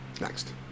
Next